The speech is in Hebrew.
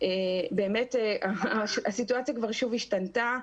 באמת הסיטואציה כבר שוב השתנתה.